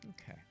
Okay